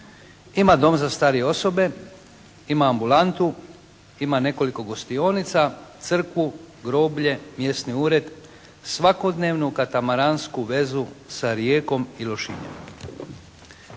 ima Dom za starije osobe, ima ambulantu, ima nekoliko gostionica, crkvu, groblje, mjesni ured, svakodnevnu katamaransku vezu sa Rijekom i Lošinjem.